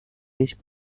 rich